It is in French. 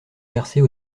versées